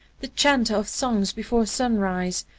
the chanter of songs before sunrise,